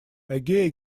эге